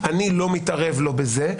אני לא מתערב לו בזה,